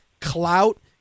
clout